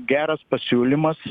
geras pasiūlymas